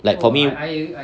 like for me